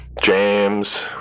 James